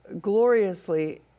gloriously